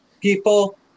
people